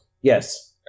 Yes